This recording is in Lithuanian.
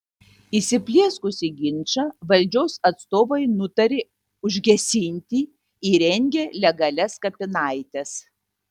įsiplieskusį ginčą valdžios atstovai nutarė užgesinti įrengę legalias kapinaites